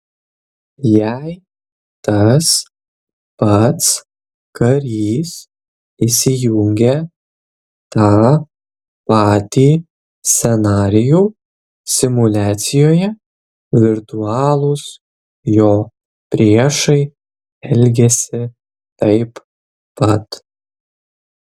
jei tas pats karys įsijungia tą patį scenarijų simuliacijoje virtualūs jo priešai elgiasi taip pat